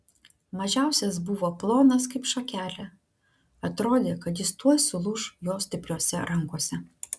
mažiausias buvo plonas kaip šakelė atrodė kad jis tuoj sulūš jo stipriose rankose